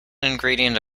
ingredient